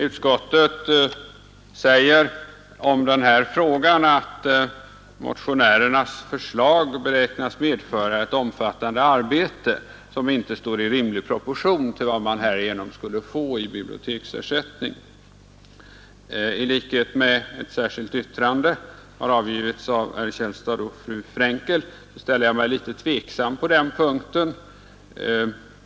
Utskottet säger om den här frågan att motionärernas förslag beräknas medföra ett omfattande arbete som inte står i rimlig proportion till vad man härigenom skulle få i biblioteksersättning. I likhet med herr Källstad och fru Frenkel, som avgivit ett särskilt yttrande, ställer jag mig litet tveksam på den punkten.